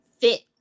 fit